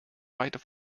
weiter